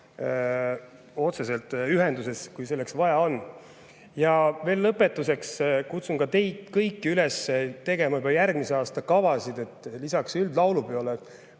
otseselt ühenduses, kui seda vaja on. Ja lõpetuseks kutsun ka teid kõiki üles tegema juba järgmise aasta kavasid. Lisaks üldlaulupeole